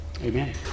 Amen